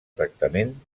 tractament